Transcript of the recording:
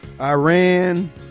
Iran